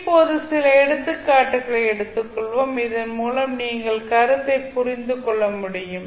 இப்போது சில எடுத்துக்காட்டுகளை எடுத்துக்கொள்வோம் இதன் மூலம் நீங்கள் கருத்தை புரிந்து கொள்ள முடியும்